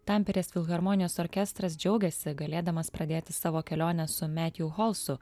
tamperės filharmonijos orkestras džiaugiasi galėdamas pradėti savo kelionę su metju holsu